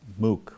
MOOC